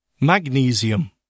Magnesium